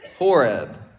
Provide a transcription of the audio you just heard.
Horeb